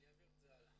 אני אעביר את זה הלאה.